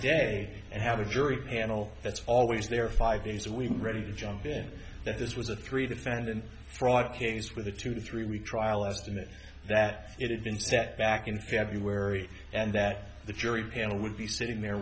day and have a jury panel that's always there five days we are ready to jump that this was a three defendant fraud case with a two three week trial estimate that it had been set back in february and that the jury panel would be sitting there